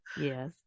Yes